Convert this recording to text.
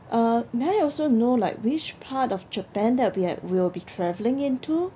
uh may I also know like which part of japan that'll be at we'll be travelling into